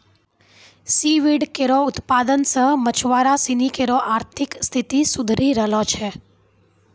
C weed केरो उत्पादन सें मछुआरा सिनी केरो आर्थिक स्थिति सुधरी रहलो छै